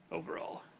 overall.